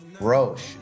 Roche